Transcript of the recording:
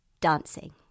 dancing